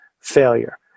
failure